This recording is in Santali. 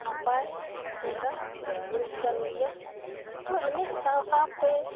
ᱱᱟᱯᱟᱭ ᱪᱮᱦᱨᱟ ᱡᱤᱱᱤᱥ ᱠᱟᱱ ᱜᱮᱭᱟ ᱛᱚ ᱮᱱᱮᱡ ᱥᱟᱶ ᱥᱟᱶᱛᱮ